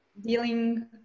dealing